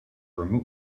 remote